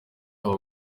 aba